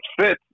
fits